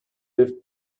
lift